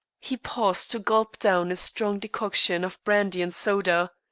he paused to gulp down a strong decoction of brandy and soda.